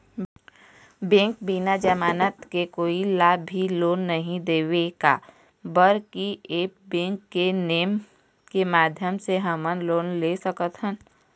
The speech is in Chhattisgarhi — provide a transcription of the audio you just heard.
बैंक बिना जमानत के कोई ला भी लोन नहीं देवे का बर की ऐप बैंक के नेम के माध्यम से हमन लोन ले सकथन?